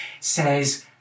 says